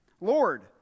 Lord